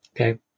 Okay